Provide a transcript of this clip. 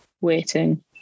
waiting